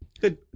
good